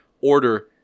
order